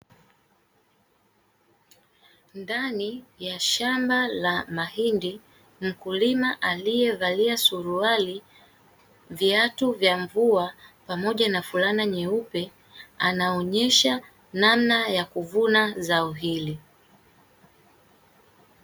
Ndani ya shamba la mahindi, mkulima aliyevalia suruali, viatu vya mvua pamoja na fulana nyeupe, anaonyesha namna ya kuvuna zao hili.